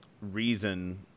reason